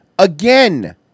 Again